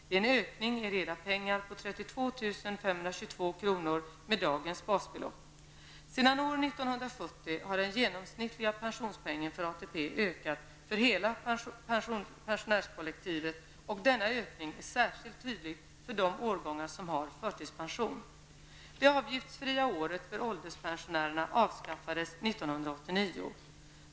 Det är en ökning i reda pengar på 32 522 kr. med dagens basbelopp. Sedan år 1970 har den genomsnittliga pensionspoängen för ATP ökat för hela pensionärskollektivet och denna ökning är särskilt tydlig för de årgångar som har förtidspension. Det avgiftsfria året för ålderspensionärerna avskaffades år 1989.